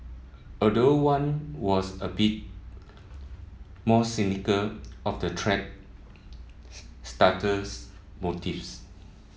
although one was a bit more cynical of the thread starter's motives